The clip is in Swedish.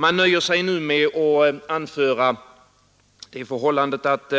Man nöjer sig nu med att anföra att